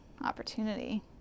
opportunity